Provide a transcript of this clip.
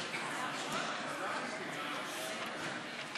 סיעת המחנה הציוני